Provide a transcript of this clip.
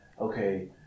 okay